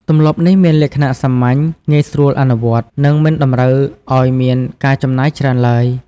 ទម្លាប់នេះមានលក្ខណៈសាមញ្ញ ងាយស្រួលអនុវត្ត និងមិនតម្រូវឱ្យមានការចំណាយច្រើនឡើយ។